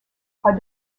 are